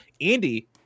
andy